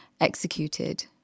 executed